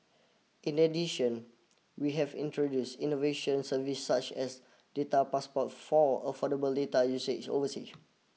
in addition we have introduced innovation service such as data passport for affordable data usage oversea